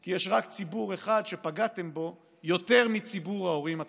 כי יש רק ציבור אחד שפגעתם בו יותר מציבור ההורים הצעירים,